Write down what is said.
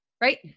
right